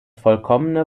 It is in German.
vollkommene